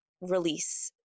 release